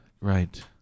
right